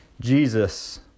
Jesus